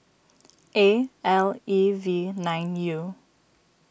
A L E V nine U